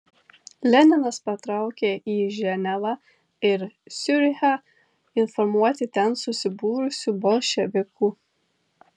leninas patraukė į ženevą ir ciurichą informuoti ten susibūrusių bolševikų